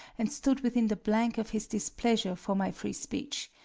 and stood within the blank of his displeasure for my free speech!